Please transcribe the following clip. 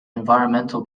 environmental